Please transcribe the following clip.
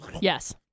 Yes